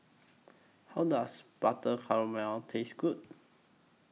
How Does Butter Calamari Taste Good